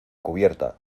cubierta